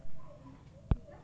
বীমা কত প্রকার ও কি কি?